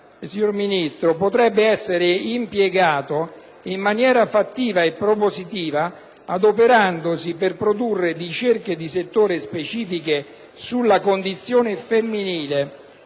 signor Ministro, potrebbe essere impiegato in maniera fattiva e propositiva, adoperandosi per produrre ricerche di settore specifiche sulla condizione femminile,